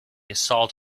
assault